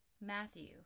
Matthew